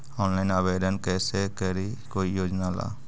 Online आवेदन कैसे करी कोई योजना ला?